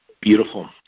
Beautiful